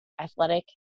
athletic